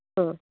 आं